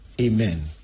amen